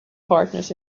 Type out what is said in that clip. partners